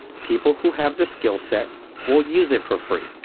people who have the skillset will use it for free,